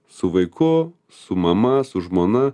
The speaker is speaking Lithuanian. su vaiku su mama su žmona